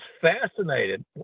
fascinated